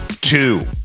two